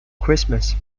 christmas